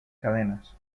cadenas